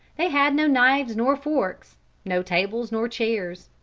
they had no knives nor forks no tables nor chairs.